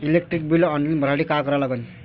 Electric bill online भरासाठी का करा लागन?